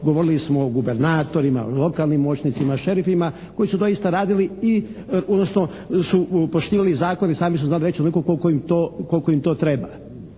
govorili smo o gubernatorima, o lokalnim moćnicima, o šerifima koji su doista radili, odnosno su poštivali zakon i sami su znali reći koliko im to treba.